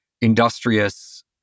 industrious